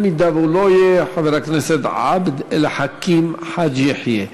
אם הוא לא יהיה, חבר הכנסת עבד אל חכים חאג' יחיא.